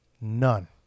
None